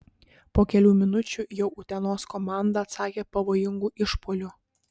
po kelių minučių jau utenos komanda atsakė pavojingu išpuoliu